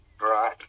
Right